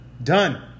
Done